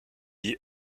lie